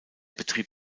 betrieb